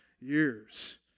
years